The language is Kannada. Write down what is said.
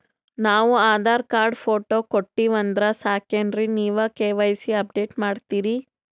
ನಾವು ಆಧಾರ ಕಾರ್ಡ, ಫೋಟೊ ಕೊಟ್ಟೀವಂದ್ರ ಸಾಕೇನ್ರಿ ನೀವ ಕೆ.ವೈ.ಸಿ ಅಪಡೇಟ ಮಾಡ್ತೀರಿ?